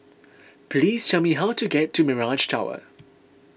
please tell me how to get to Mirage Tower